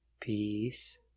Peace